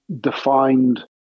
defined